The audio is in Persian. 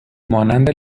مانند